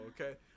okay